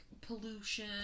pollution